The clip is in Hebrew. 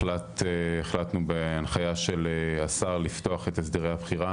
החלטנו בהנחיה של השר, לפתוח את הסדרי הבחירה.